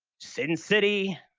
sin city.